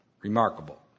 Remarkable